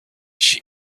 she